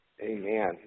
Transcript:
amen